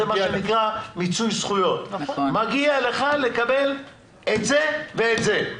זה מה שנקרא מיצוי זכויות מגיע לך לקבל את זה ואת זה,